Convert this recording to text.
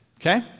okay